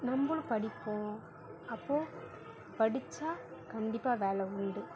நம்பளும் படிப்போம் அப்போ படிச்சால் கண்டிப்பாக வேலை உண்டு